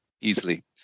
easily